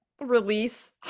release